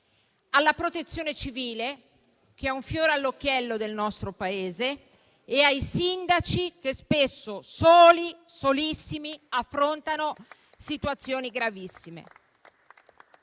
della Protezione civile, che è un fiore all'occhiello del nostro Paese, e dei sindaci, che spesso soli, solissimi, affrontano situazioni gravissime.